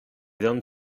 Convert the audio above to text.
don’t